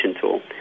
tool